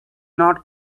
not